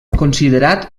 considerat